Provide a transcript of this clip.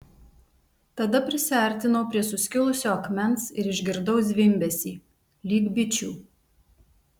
tada prisiartinau prie suskilusio akmens ir išgirdau zvimbesį lyg bičių